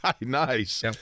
Nice